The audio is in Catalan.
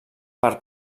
per